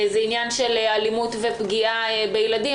זה עניין של אלימות ופגיעה בילדים,